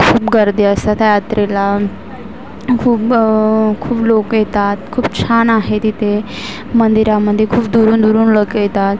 खूप गर्दी असतात यात्रेला खूप खूप लोकं येतात खूप छान आहे तिथे मंदिरामध्ये खूप दुरून दुरून लोकं येतात